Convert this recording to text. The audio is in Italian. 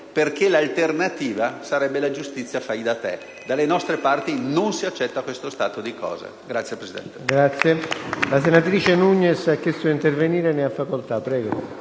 perché l'alternativa sarebbe la giustizia fai da te. Dalle nostre parti non si accetta questo stato di cose. *(Applausi